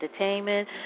Entertainment